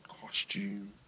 costume